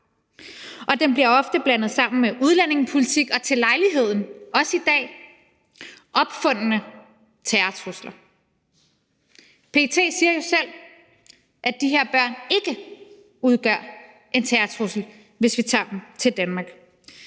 og den bliver ofte blandet sammen med udlændingepolitik og til lejligheden, også i dag, opfundne terrortrusler. PET siger jo selv, at de her børn ikke udgør en terrortrussel, hvis vi tager dem til Danmark.